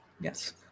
Yes